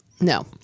No